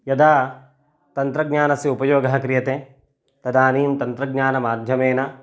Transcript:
यदा तन्त्रज्ञानस्य उपयोगः क्रियते तदानीं तन्त्रज्ञानमाध्यमेन